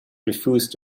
refused